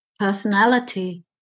Personality